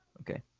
Okay